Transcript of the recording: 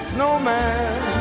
Snowman